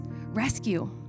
rescue